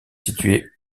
situé